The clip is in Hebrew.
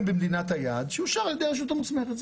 במדינת היעד שאושר על ידי הרשות המוסמכת.